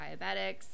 diabetics